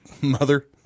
mother